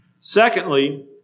Secondly